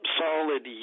solid